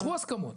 פתחו הסכמות,